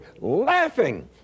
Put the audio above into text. laughing